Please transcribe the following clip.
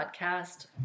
podcast